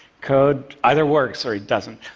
code either works or it doesn't,